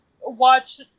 watch